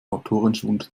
autorenschwund